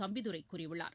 தம்பிதுரை கூறியுள்ளார்